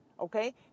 okay